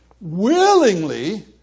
willingly